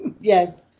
yes